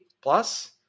plus